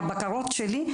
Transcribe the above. מהבקרות שלי,